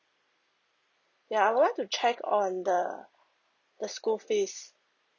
ya I woud like to check on the the school fees